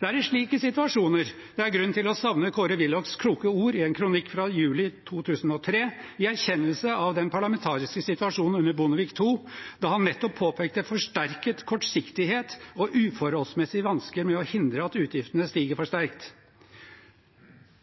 Det er i slike situasjoner det er grunn til å savne Kåre Willochs kloke ord i en kronikk fra juli 2003 i erkjennelse av den parlamentariske situasjonen under Bondevik II, der han nettopp påpekte forsterket kortsiktighet og uforholdsmessige vansker med å hindre at utgiftene stiger for sterkt.